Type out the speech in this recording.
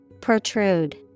Protrude